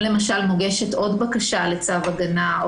אם למשל מוגשת עוד בקשה לצו הגנה או